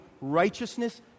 righteousness